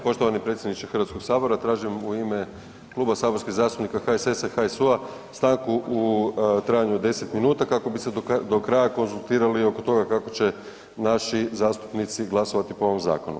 Poštovani predsjedniče HS tražim u ime Kluba saborskih zastupnika HSS-a i HSU-a stanku u trajanju od 10 minuta kako bi se do kraja konzultirali oko toga kako će naši zastupnici glasovati po ovom zakonu.